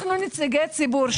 אנחנו נציגי ציבור.